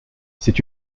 c’est